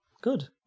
good